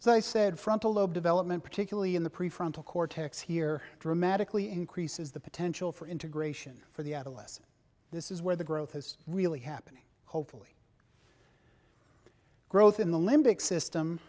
so i said frontal lobe development particularly in the prefrontal cortex here dramatically increases the potential for integration for the adolescent this is where the growth has really happening hopefully growth in the limbic system